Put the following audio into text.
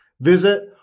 visit